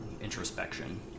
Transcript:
introspection